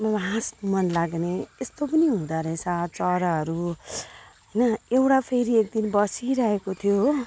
म हास्नु मन लाग्ने यस्तो पनि हुँदो रहेछ चराहरू होइन एउटा फेरि एकदिन बसिरहेको थियो हो